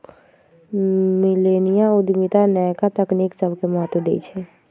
मिलेनिया उद्यमिता नयका तकनी सभके महत्व देइ छइ